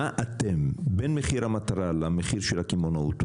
בין מחיר המטרה למחיר של הקמעונאות,